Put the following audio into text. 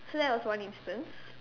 so that was one instance